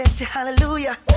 Hallelujah